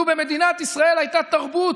לו במדינת ישראל הייתה תרבות,